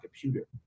computer